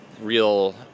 real